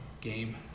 Game